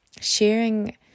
Sharing